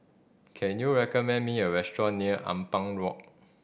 can you recommend me a restaurant near Ampang Walk